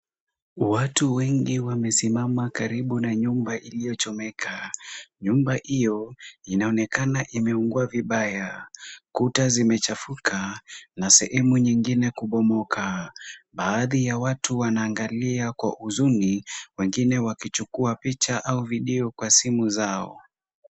Watu wengi wamesimama karibu na nyumba iliyochomeka. nyumba hiyo inaonekana imeungua vibaya. Kuta zimechafuka na sehemu nyingine kubomoka. Baadhi ya watu wanaangalia kwa huzuni, wengine wakichukua picha au video kwa simu zao.